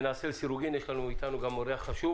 יש לנו גם אורח חשוב